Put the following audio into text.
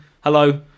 Hello